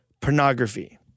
pornography